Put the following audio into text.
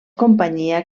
companyia